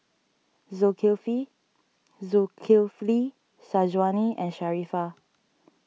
Zulkifli Syazwani and Sharifah